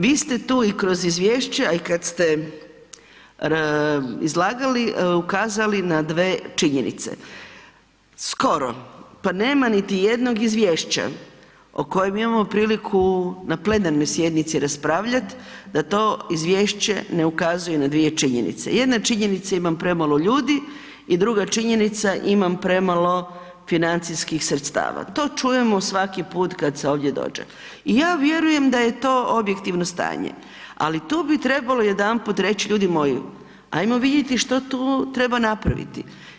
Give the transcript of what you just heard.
Vi ste tu i kroz izvješće, a i kad ste izlagali ukazali na dve činjenice, skoro pa nema niti jednog izvješća o kojem imamo priliku na plenarnoj sjednici raspravljat, da to izvješće ne ukazuje na dvije činjenica, jedna je činjenica imam premalo ljudi i druga činjenica imam premalo financijski sredstava, to čujemo svaki put kad se ovdje dođe i ja vjerujem da je to objektivno stanje, ali tu bi trebalo jedanput reć ljudi moji ajmo vidjeti što tu treba napraviti.